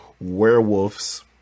werewolves